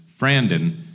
Frandon